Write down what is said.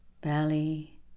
Belly